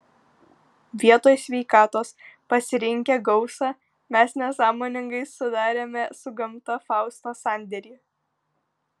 vietoj sveikatos pasirinkę gausą mes nesąmoningai sudarėme su gamta fausto sandėrį